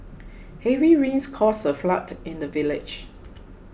heavy rains caused a flood in the village